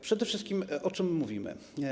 Przede wszystkim o czym mówimy?